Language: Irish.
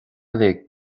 uile